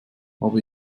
habe